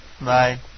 Bye